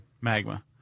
magma